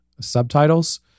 subtitles